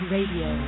Radio